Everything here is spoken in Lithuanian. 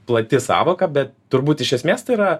plati sąvoka bet turbūt iš esmės tai yra